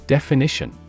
Definition